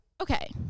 okay